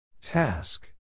Task